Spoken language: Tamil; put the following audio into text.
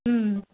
ம்ம்